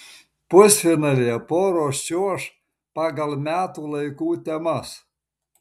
pusfinalyje poros čiuoš pagal metų laikų temas